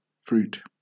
fruit